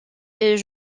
est